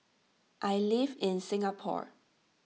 I live in Singapore